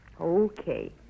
Okay